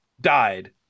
died